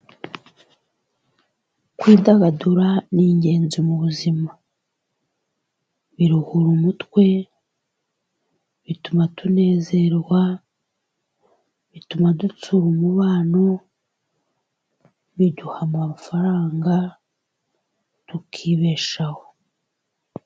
Kwidagadura ni ingenzi mu buzima, biruhura umutwe, bituma tunezerwa, bituma dutsura umubano, biduha amafaranga tukibeshaho.